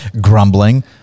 grumbling